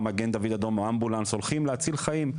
מגן דוד אדום או אמבולנס הולכים להציל חיים.